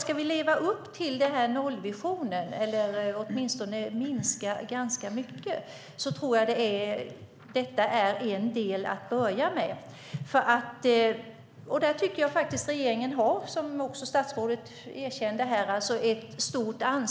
Ska vi leva upp till nollvisionen eller åtminstone minska ganska mycket tror jag att detta är en del att börja med. Jag tycker att regeringen har ett stort ansvar, precis som statsrådet erkände här, för vad man